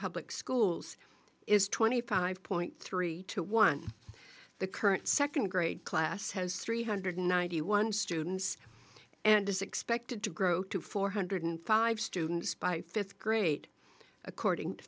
public schools is twenty five point three two one the current second grade class has three hundred ninety one students and is expected to grow to four hundred five students by fifth grade according